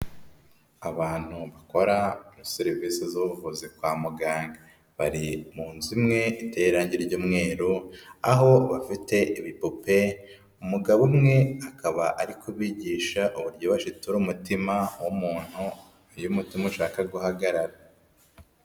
Abantu bakora serivise z'ubuvuzi kwa muganga, bari mu nzu imwe iteye irange ry'umweru aho bafite ibipupe, umugabo umwe akaba ari kubigisha uburyo bashitura umutima w'umuntu iyo umutima ushaka guhagarara.